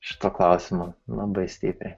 šituo klausimu labai stipriai